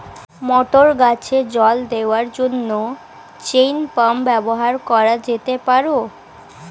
মটর গাছে জল দেওয়ার জন্য চেইন পাম্প ব্যবহার করা যেতে পার?